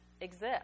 exist